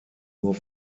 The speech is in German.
nur